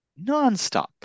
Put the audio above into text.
nonstop